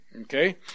Okay